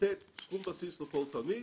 לתת סכום בסיס לכל תלמיד